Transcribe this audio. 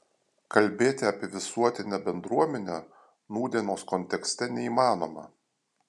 kalbėti apie visuotinę bendruomenę nūdienos kontekste neįmanoma